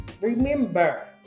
remember